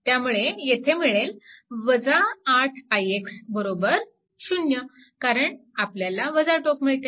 त्यामुळे येथे मिळेल 8 ix 0 कारण आपल्याला टोक मिळते